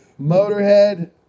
Motorhead